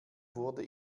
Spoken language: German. wurde